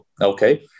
okay